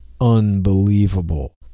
unbelievable